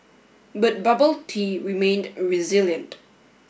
but bubble tea remained resilient